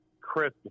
Chris